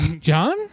John